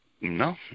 No